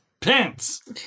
Pants